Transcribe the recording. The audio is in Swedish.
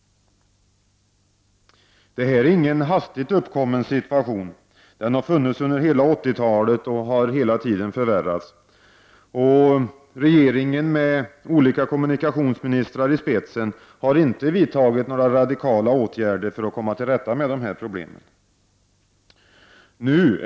Detta är ingen hastigt uppkommen situation, den har funnits under hela 80-talet och har hela tiden förvärrats. Regeringen, med olika kommunikationsministrar i spetsen, har inte vidtagit några radikala åtgärder för att komma till rätta med dessa problem.